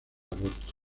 aborto